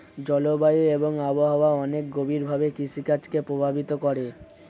জলবায়ু এবং আবহাওয়া অনেক গভীরভাবে কৃষিকাজ কে প্রভাবিত করে